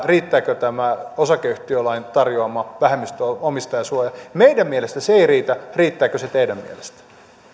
riittääkö tämä osakeyhtiölain tarjoama vähemmistöomistajan suoja meidän mielestämme se ei riitä riittääkö se teidän mielestänne